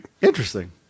Interesting